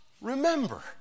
remember